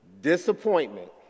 Disappointment